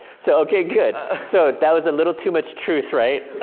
so, okay, good. so, that was a little too much truth, right?